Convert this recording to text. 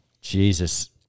Jesus